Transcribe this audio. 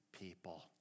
people